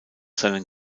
seinen